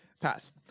Pass